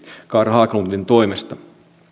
carl haglundin toimesta